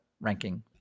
ranking